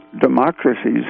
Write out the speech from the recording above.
democracies